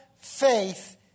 faith